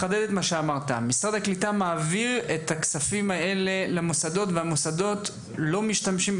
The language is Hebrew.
משרד הקליטה מעביר את הכספים האלה למוסדות והמוסדות לא משתמשים כראוי.